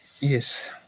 Yes